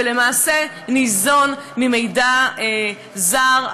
ולמעשה ניזון ממידע זר,